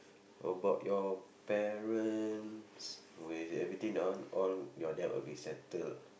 about your parents with everything on all your dad will be settled